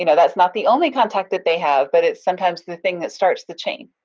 you know that's not the only contact that they have, but it's sometimes the thing that starts the chain.